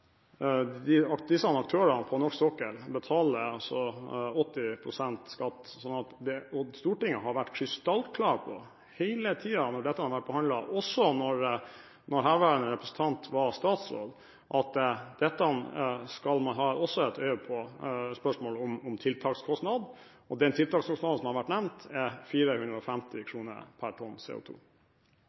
disse aktørene på norsk sokkel betaler 80 pst. skatt, og Stortinget har hele tiden når dette har vært behandlet – også da herværende representant var statsråd – vært krystallklar på at dette skal man ha et øye på. Det er spørsmål om tiltakskostnad, og tiltakskostnaden som har vært nevnt, er 450 kr per tonn